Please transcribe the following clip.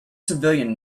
civilian